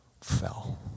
fell